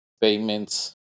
payments